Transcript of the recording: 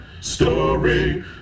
story